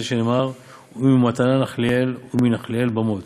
שנאמר 'וממתנה נחליאל ומנחליאל במות'.